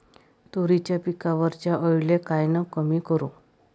तुरीच्या पिकावरच्या अळीले कायनं कमी करू?